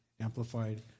amplified